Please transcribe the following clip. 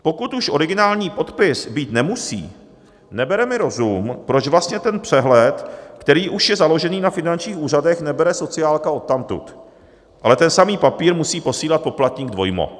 Pokud už originální podpis být nemusí, nebere mi rozum, proč vlastně ten přehled, který už je založený na finančních úřadech, nebere sociálka odtamtud, ale ten samý papír musí posílat poplatník dvojmo.